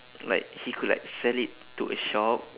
like he could like sell it to a shop